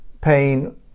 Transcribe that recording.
pain